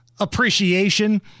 appreciation